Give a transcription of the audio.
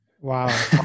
wow